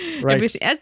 right